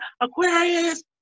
Aquarius